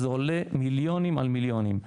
וזה עולה מיליונים על מיליונים.